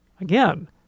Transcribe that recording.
Again